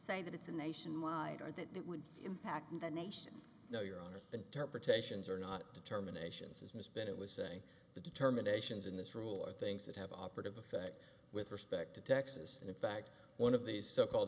say that it's a nationwide or that it would impact on the nation no your honor interpretations are not terminations as mr bennett was saying the determinations in this rule are things that have operative effect with respect to texas and in fact one of these so called